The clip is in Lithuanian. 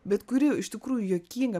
bet kuri iš tikrųjų juokinga